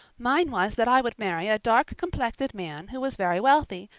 mine was that i would marry a dark-complected man who was very wealthy,